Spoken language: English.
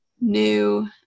new